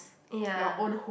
ya